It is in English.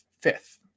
fifth